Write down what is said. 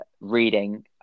reading